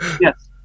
Yes